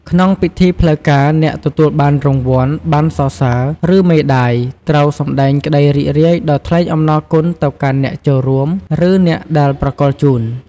ក្នុងពិធីផ្លូវការ អ្នកទទួលបានរង្វាន់ ប័ណ្ណសរសើរ ឬមេដាយ ត្រូវសម្ដែងក្ដីរីករាយដោយថ្លែងអំណរគុណទៅកាន់អ្នកចូលរួម ឬ អ្នកដែលប្រគល់ជូន។